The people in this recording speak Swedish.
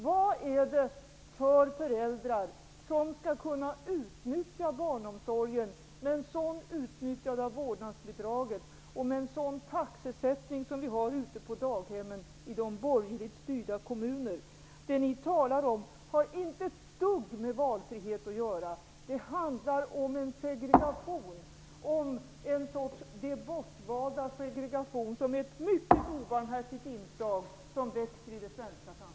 Vad är det för föräldrar som skall kunna utnyttja barnomsorgen med ett sådant utnyttjande av vårdnadsbidraget och med den taxesättning som finns ute på daghemmen i borgerligt styrda kommuner? Det ni talar om har inte ett dugg med valfrihet att göra. Det handlar om en sorts de bortvaldas segregation som är ett mycket obarmhärtigt, växande inslag i det svenska samhället.